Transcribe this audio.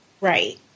right